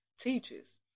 teaches